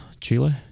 Chile